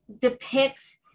depicts